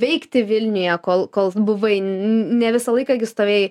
veikti vilniuje kol kol buvai ne visą laiką stovėjai